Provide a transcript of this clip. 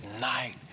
night